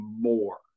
more